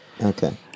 Okay